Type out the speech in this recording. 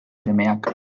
semeak